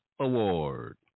award